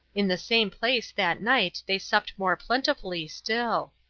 in the same place that night they supped more plentifully still.